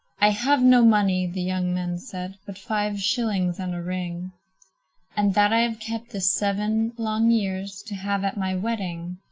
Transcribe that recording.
i have no money, the young man said, but five shillings and a ring and that i have kept this seven long years, to have at my wedding.